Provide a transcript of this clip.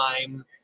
time